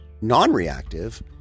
non-reactive